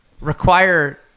require